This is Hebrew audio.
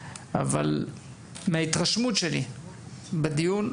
אבל מההתרשמות שלי בדיון,